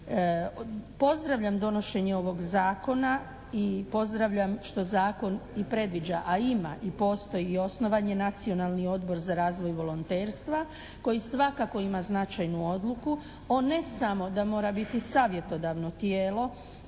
Pozdravljam donošenje ovog zakona i pozdravljam što zakon predviđa, a ima i postoji i osnovan je Nacionalni Odbor za razvoj volonterstva koji svakako ima značajnu odluku. On ne samo da mora biti savjetodavno tijelo